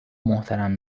محترم